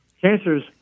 Cancers